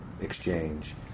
exchange